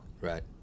Right